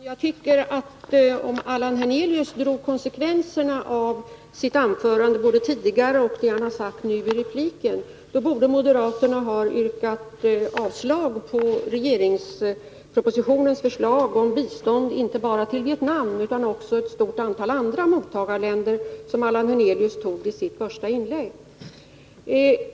Herr talman! Jag tycker att Allan Hernelius, om han droge konsekvenserna av vad han sagt både i sitt tidigare anförande och i repliken, borde ha verkat för att moderaterna skulle ha yrkat avslag på regeringspropositionens förslag om bistånd till inte bara Vietnam utan också ett stort antal andra mottagarländer som herr Hernelius tog upp i sitt första inlägg.